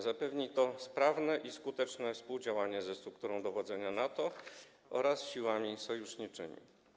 Zapewni to sprawne i skuteczne współdziałanie ze strukturą dowodzenia NATO oraz siłami sojuszniczymi.